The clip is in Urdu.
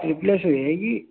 ریپلیس ہو جائے گی